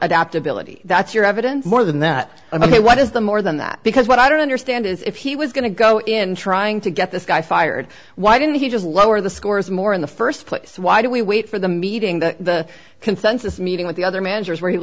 adaptability that's your evidence more than that i'm ok what is the more than that because what i don't understand is if he was going to go in trying to get this guy fired why didn't he just lower the scores more in the st place why do we wait for the meeting the consensus meeting with the other managers w